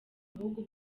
bihugu